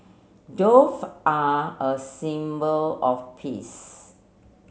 dove are a symbol of peace